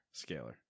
Scalar